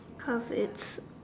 cause it's